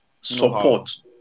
support